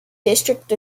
district